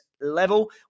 level